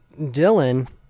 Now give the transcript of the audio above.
Dylan